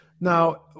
Now